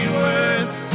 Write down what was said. worse